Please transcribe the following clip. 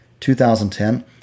2010